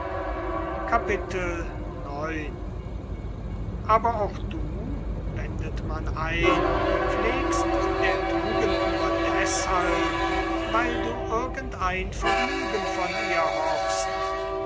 aber auch du wendet man ein pflegt der tugend nur deshalb weil du irgend ein vergnügen von ihr hoffst